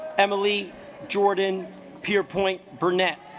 emily jordan pierpoint burnett